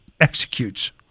executes